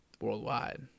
Worldwide